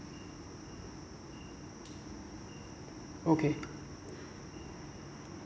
okay